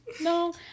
No